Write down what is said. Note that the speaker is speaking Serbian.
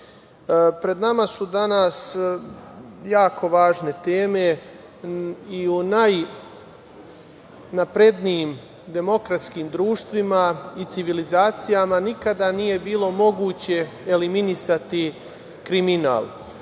pred nama su danas jako važne teme.I u najnaprednijim demokratskim društvima i civilizacijama nikada nije bilo moguće eliminisati kriminal.